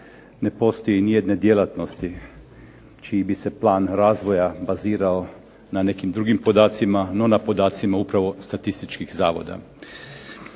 ne postoji nijedna djelatnost čiji bi se plan razvoja bazirao na nekim drugim podacima no na podacima upravo statističkih zavoda.